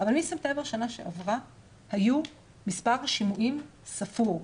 אבל מספטמבר שנה שעברה היו מספר שימועים ספור,